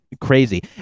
crazy